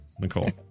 Nicole